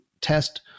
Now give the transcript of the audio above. test